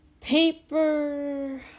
paper